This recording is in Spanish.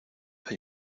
hay